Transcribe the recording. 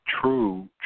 true